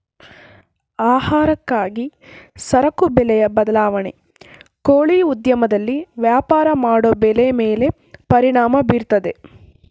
ಆಹಾರಕ್ಕಾಗಿ ಸರಕು ಬೆಲೆಯ ಬದಲಾವಣೆ ಕೋಳಿ ಉದ್ಯಮದಲ್ಲಿ ವ್ಯಾಪಾರ ಮಾಡೋ ಬೆಲೆ ಮೇಲೆ ಪರಿಣಾಮ ಬೀರ್ತದೆ